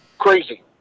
crazy